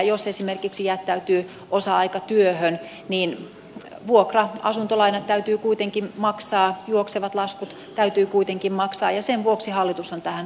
jos esimerkiksi jättäytyy osa aikatyöhön niin vuokra asuntolaina täytyy kuitenkin maksaa juoksevat laskut täytyy kuitenkin maksaa ja sen vuoksi hallitus on tähän